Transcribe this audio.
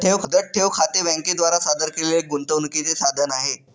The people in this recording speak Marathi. मुदत ठेव खाते बँके द्वारा सादर केलेले एक गुंतवणूकीचे साधन आहे